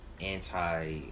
anti